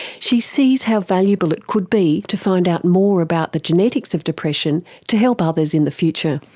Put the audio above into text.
she sees how valuable it could be to find out more about the genetics of depression to help others in the future.